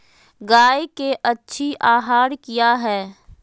गाय के अच्छी आहार किया है?